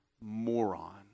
moron